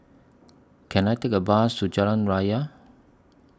Can I Take A Bus to Jalan Raya